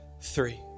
three